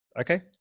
Okay